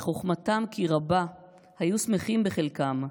בחוכמתם כי רבה היו שמחים בחלקם,